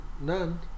None